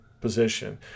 position